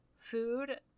food